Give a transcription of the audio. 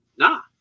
Nah